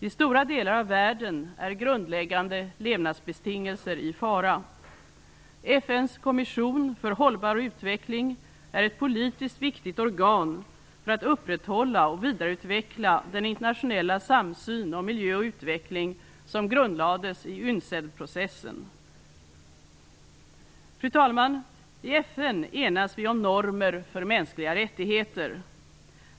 I stora delar av världen är grundläggande levnadsbetingelser i fara. FN:s kommission för hållbar utveckling är ett politiskt viktigt organ för att upprätthålla och vidareutveckla den internationella samsyn om miljö och utveckling som grundlades i UNCED Fru talman! I FN enas vi om normer för mänskliga rättigheter.